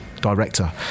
director